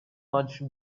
much